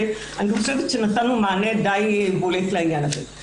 אני חושבת שנתנו מענה די בולט לעניין הזה.